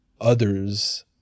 others—